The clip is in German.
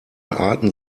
arten